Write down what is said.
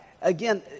again